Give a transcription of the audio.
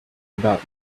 about